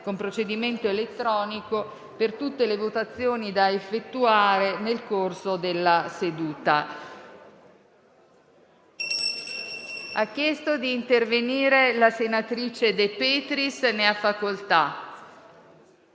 con procedimento elettronico per tutte le votazioni da effettuare nel corso della seduta.